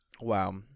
Wow